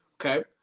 Okay